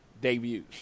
debuts